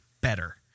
better